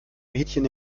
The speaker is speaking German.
mädchen